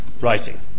writing